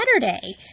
Saturday